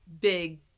big